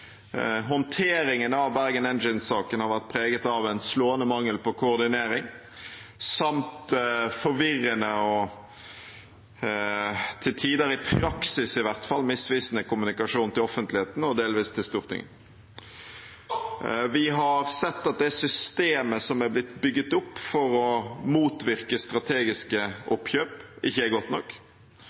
Håndteringen av Bergen Engines-saken har vært preget av en slående mangel på koordinering samt forvirrende og til tider – i praksis i hvert fall – misvisende kommunikasjon til offentligheten og delvis til Stortinget. Vi har sett at det systemet som er blitt bygget opp for å motvirke strategiske oppkjøp, ikke er godt nok.